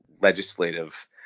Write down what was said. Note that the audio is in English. legislative